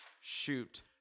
Shoot